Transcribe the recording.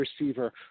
receiver